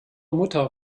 mutter